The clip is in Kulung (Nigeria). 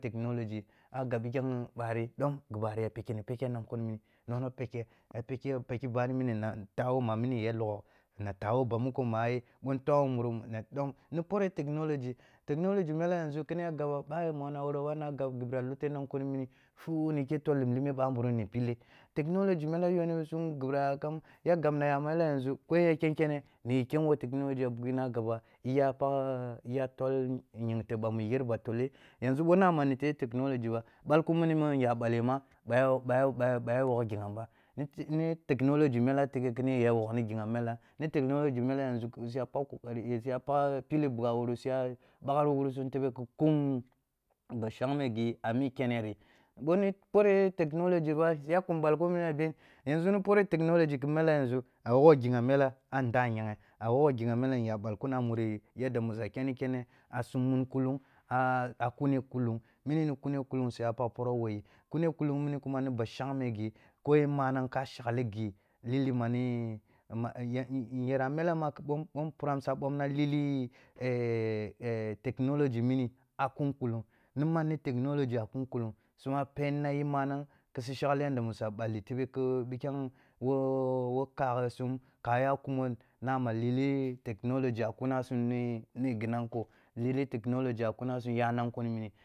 Technology, ɓah gab pikhem ɓari dom ghi ɓari ya paghe ni peghe nan kunimini, no nu paghe, a peghe nona peghi bani mini na tah wo ma mini logho, na tah bo ba mukho ma, ɓoh nta’ah un mur na ɗom ni pneh technology, technology mele yanzu khi ni yi agaba oh ɓah monah a wuroba na gab ghi bira lute nan kuni mini fuh na khi tol lilime bamburum ni pille, technology mela yuah ni bi sum ghi ɓira kam, ya gabnaya mele yanzu ko yen ya ken kene ni ken wo technology a bughi na gaba iya pagh, iya tol ying teb mu iyarba ba toleh, yanzu boh na ma ni teb technology ba ɓalkun mini mu nya ɓale ma ɓa ya ɓa ya ɓa ya ɓoh ya wogh ghi amba ni ni technology male tighei ya wogh gi’am mela, ni technology mele yanzu su ya su ya pille bugh a wuri, su ya paghri wurisum tebe khi kum bashangme ghi a mi keneri, ɓoh ni poreh technology ba ya kum ɓalkun mini a beh, yanzu ni poreh technology khi mele yanzu a wogho ghi’am mela a nda nyeghe, a wogho ghian mele nya ɓalkun a muri yadda mu sa keni kene a sum mun kulung, a, a kuni kulung minini kune kulung su ya pagh poroh wo yi kuni kulung mini knma ni ba shangme ghi ko yen anang ka shakli ghi lili mani nyerah ala ma ɓoh ɓoh npuram sa ɓonma lili technology mini a kun kulung, ni man ni technology a kun mulung, su ma peninayi manang, khi su shakli yanda musa belli tebe khi pikhem wo wo kayih sum kha ya kumo nah a lili technology a kuna sum a kuna sum ni ghinanke lili technology a kuna sun ya nanku ni.